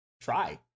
try